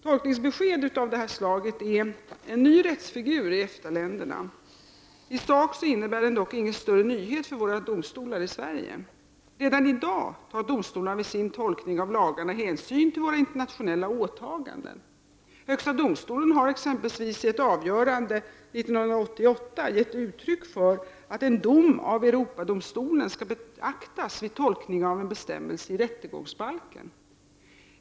Tolkningsbesked av detta slag är en ny rättsfigur i EFTA-länderna. I sak innebär den dock ingen större nyhet för våra domstolar i Sverige. Redan i dag tar domstolarna vid sin tolkning av lagarna hänsyn till våra internationella åtaganden. Högsta domstolen har exempelvis i ett avgörande 1988 givit uttryck för att en dom av Europadomstolen skall beaktas vid tolkning av en bestämmelse i rättegångsbalken.